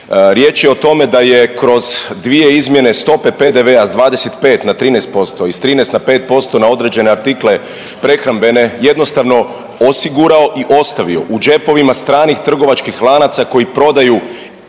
Riječ je o tome da je kroz dvije izmjene stope PDV-a sa 25 na 13% i sa 13 na 5% na određene artikle prehrambene jednostavno osigurao i ostavio u džepovima stranih trgovačkih lanaca koji prodaju